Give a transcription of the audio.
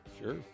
Sure